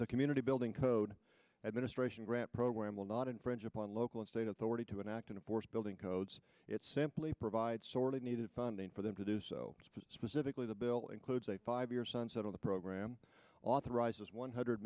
the community building code administration grant program will not infringe upon local and state authority to an act of force building codes it simply provides sorely needed funding for them to do so because specifically the bill includes a five year sunset of the program authorizes one hundred